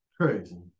Crazy